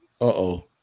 uh-oh